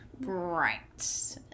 Right